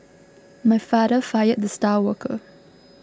my father fired the star worker